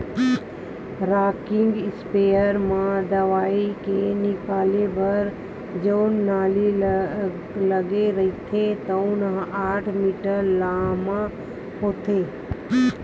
rocking sprayer म दवई के निकले बर जउन नली लगे रहिथे तउन ह आठ मीटर लाम होथे